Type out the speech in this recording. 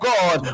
God